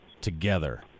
together